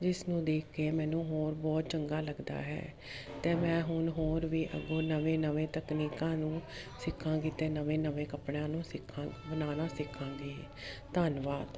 ਜਿਸ ਨੂੰ ਦੇਖ ਕੇ ਮੈਨੂੰ ਹੋਰ ਬਹੁਤ ਚੰਗਾ ਲੱਗਦਾ ਹੈ ਅਤੇ ਮੈਂ ਹੁਣ ਹੋਰ ਵੀ ਅੱਗੋਂ ਨਵੀਂ ਨਵੀਂ ਤਕਨੀਕਾਂ ਨੂੰ ਸਿੱਖਾਂਗੀ ਅਤੇ ਨਵੇਂ ਨਵੇਂ ਕੱਪੜਿਆਂ ਨੂੰ ਸਿੱਖਾਂ ਬਣਾਉਣਾ ਸਿੱਖਾਂਗੀ ਧੰਨਵਾਦ